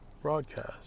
broadcast